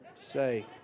say